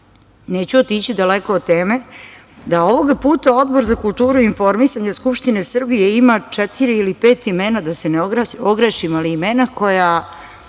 neću otići daleko od teme da ovoga puta Odbor za kulturu i informisanje Skupštine Srbije ima četiri ili pet imena da se ne ogrešim, ali imena koja